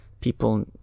people